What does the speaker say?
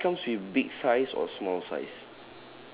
uh it comes with big size or small size